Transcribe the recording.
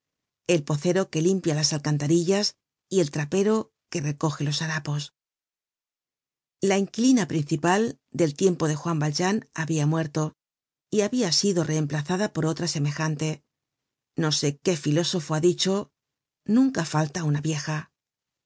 el pocero que limpia las alcantarillas y el trapero que recoge los harapos la inquilina principal del tiempo de juan valjean habia muerto y habia sido reemplazada por otra semejante no sé qué filósofo ha dicho nunca falta una vieja